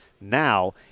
now